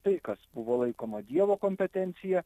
tai kas buvo laikoma dievo kompetencija